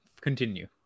continue